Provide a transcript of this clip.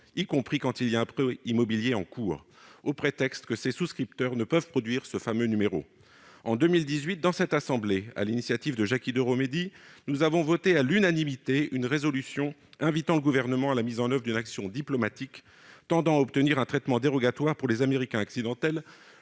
y compris quand il y a un prêt immobilier en cours, au prétexte que ces souscripteurs ne peuvent produire ce fameux numéro. En 2018, sur l'initiative de Jacky Deromedi, le Sénat a voté à l'unanimité une résolution invitant le Gouvernement à la mise en oeuvre d'une action diplomatique tendant à obtenir un traitement dérogatoire pour les Américains accidentels